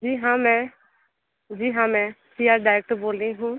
जी हाँ मैं जी हाँ मैं सिया डायरेक्टर बोल रही हूँ